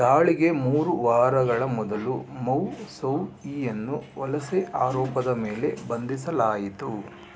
ದಾಳಿಗೆ ಮೂರು ವಾರಗಳ ಮೊದಲು ಮೌಸೌಯಿಯನ್ನು ವಲಸೆ ಆರೋಪದ ಮೇಲೆ ಬಂದಿಸಲಾಯಿತು